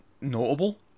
notable